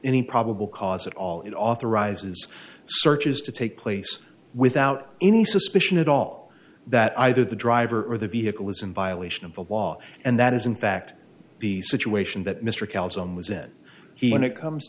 any probable cause at all it authorizes searches to take place without any suspicion at all that either the driver or the vehicle is in violation of the law and that is in fact the situation that mr calderon was in when it comes